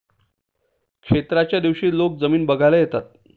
क्षेत्राच्या दिवशी लोक जमीन बघायला येतात